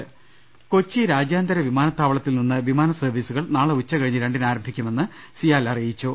രുട്ടിട്ട്ട്ട്ട്ട്ട്ട കൊച്ചി രാജ്യാന്തര വിമാനത്താവളത്തിൽ നിന്ന് വിമാന സർവീസുകൾ നാളെ ഉച്ചകഴിഞ്ഞ് രണ്ടിന് ആരംഭിക്കുമെന്ന് സിയാൽ അറിയിച്ചു